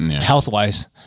Health-wise